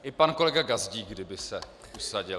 I pan kolega Gazdík, kdyby se usadil.